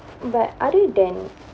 but other than